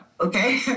okay